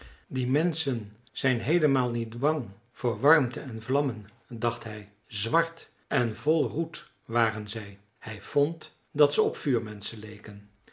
die menschen zijn heelemaal niet bang voor warmte en vlammen dacht hij zwart en vol roet waren zij hij vond dat ze op vuurmenschen leken